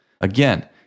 Again